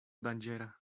danĝera